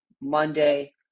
monday